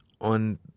on